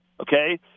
okay